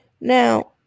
Now